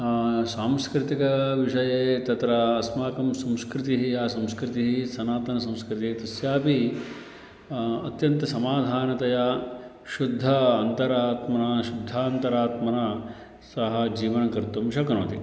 सांस्कृतिकविषये तत्र अस्माकं संस्कृतिः या संस्कृतिः सनातनसंस्कृतिः तस्यापि अत्यन्तसमाधानतया शुद्ध अन्तरात्मना शुद्धान्तरात्मनः सः जीवनं कर्तुं शक्नोति